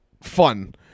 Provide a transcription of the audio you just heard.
fun